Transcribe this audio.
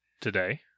today